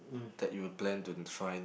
that you plan to try